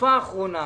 בתקופה האחרונה,